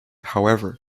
however